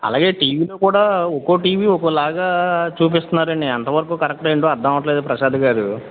అలాగే టీవీలో కూడా ఒకో టీవీ ఒకలాగా చూపిస్తున్నారని ఎంతవరకు కరెక్ట్ ఏంటో అర్థం అవ్వట్లేదు ప్రసాద్ గారు